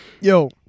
Yo